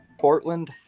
Portland